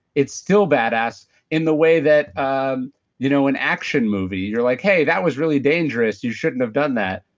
it's still badass in the way that. um you know an action movie. you're like, hey. that was really dangerous. you shouldn't have done that,